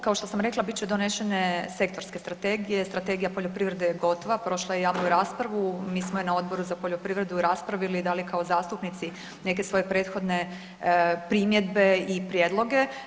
Kao što sam rekla bit će donešene sektorske strategije, Strategija poljoprivrede je gotova, prošla je javnu raspravu mi smo je na Odboru za poljoprivredu raspravili i dali kao zastupnici neke svoje prethodne primjedbe i prijedloge.